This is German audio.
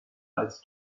als